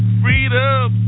freedom